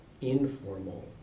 informal